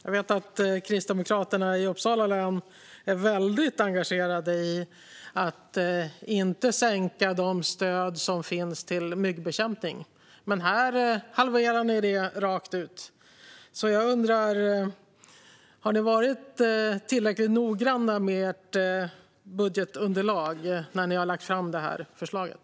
Jag vet att Kristdemokraterna i Uppsala län är väldigt engagerade i att inte sänka det stöd som finns till myggbekämpning, men här halverar ni det rakt av. Jag undrar därför om ni har varit tillräckligt noggranna med ert budgetunderlag när ni har lagt fram det här förslaget.